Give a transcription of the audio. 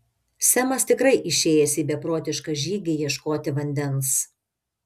semas tikrai išėjęs į beprotišką žygį ieškoti vandens